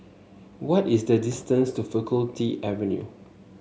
what is the distance to Faculty Avenue